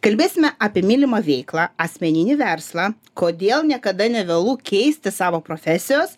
kalbėsime apie mylimą veiklą asmeninį verslą kodėl niekada nevėlu keisti savo profesijos